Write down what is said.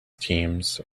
teams